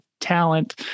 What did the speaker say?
talent